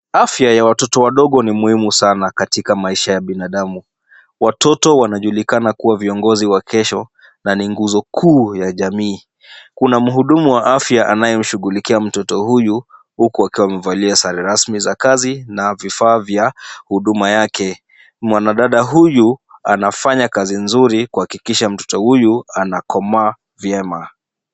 Afya ya watoto wadogo ni muhimu sana katika maisha ya binadamu. Watoto wanajulikana kuwa viongozi wa kesho na ni nguzo kuu ya jamii. Kuna mhudumu wa afya anaye mshughulikia mtoto huyu huku akiwa amevalia sare rasmi za kazi na vifaa vya huduma yake. Mwanadada huyu anafanya kazi nzuri kuhakikisha mtoto huyu ana komaa vyema.